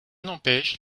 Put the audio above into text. n’empêche